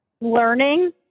learning